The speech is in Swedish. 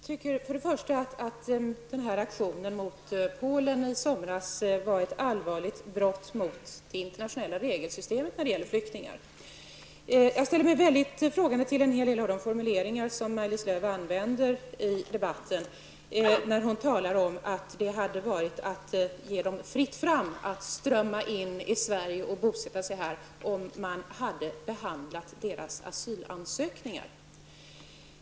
Fru talman! Jag anser att den här aktionen mot Polen i somras var ett allvarligt brott mot det internationella regelsystemet när det gäller flyktingar. Jag ställer mig också mycket frågande till en hel del av de formuleringar som Maj-Lis Lööw använder i debatten när hon säger att det hade varit att ge fritt fram för flyktingar att strömma in i Sverige och bosätta sig här, om man hade behandlat deras asylansökningar.